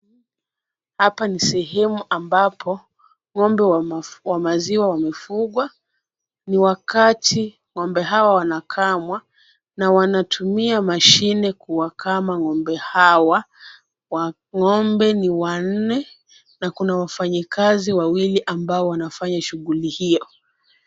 Hapa ni sehemu ambapo ng'ombe wa maziwa wamefungwa. Ni wakati ng'ombe hawa wanakamwa na wanatumia mashini kuwakama ng'ombe hawa. Ng'ombe ni wanne na kuna wafanyakazi wawili ambao wanafanya shughuli hiyo.